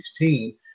2016